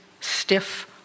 stiff